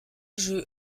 jeu